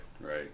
Right